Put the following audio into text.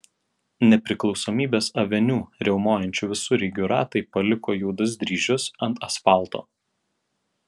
nepriklausomybės aveniu riaumojančių visureigių ratai paliko juodus dryžius ant asfalto